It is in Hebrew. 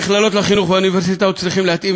המכללות לחינוך והאוניברסיטאות צריכות להתאים